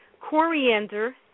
coriander